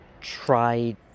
try